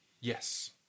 Yes